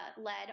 lead